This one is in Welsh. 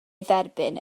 dderbyn